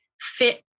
fit